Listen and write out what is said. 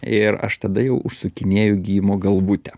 ir aš tada jau užsukinėju gijimo galvutę